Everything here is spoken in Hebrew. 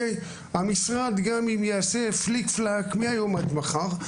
גם אם המשרד יעשה פליק פלאק מהיום עד מחר,